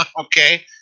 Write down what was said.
Okay